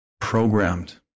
programmed